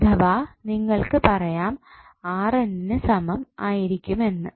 അഥവാ നിങ്ങൾക്ക് പറയാം നു സമം ആയിരിക്കും എന്ന്